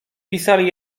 pisali